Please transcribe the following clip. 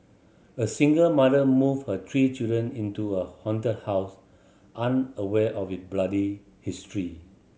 a single mother move her three children into a haunted house unaware of it bloody history